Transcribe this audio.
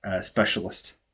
specialist